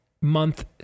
Month